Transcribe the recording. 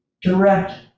direct